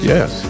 Yes